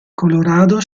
colorado